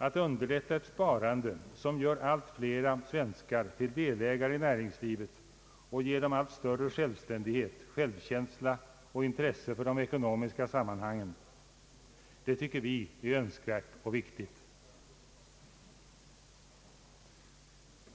Att underlätta ett sparande, som gör allt fler svenskar till delägare i näringslivet och ger dem allt större självständighet, självkänsla och intresse för de ekonomiska sammanhangen, tycker vi är önskvärt och viktigt.